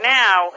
now